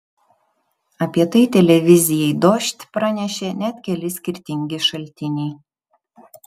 apie tai televizijai dožd pranešė net keli skirtingi šaltiniai